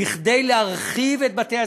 בכדי להרחיב את בתי-הזיקוק,